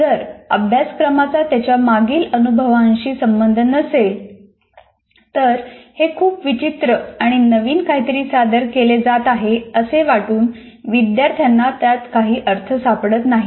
जर अभ्यासक्रमाचा त्यांच्या मागील अनुभवाशी संबंध नसेल तर हे खूप विचित्र आणि नवीन काहीतरी सादर केले जात आहे असे वाटून विद्यार्थ्यांना त्यात काही अर्थ सापडत नाही